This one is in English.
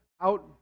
out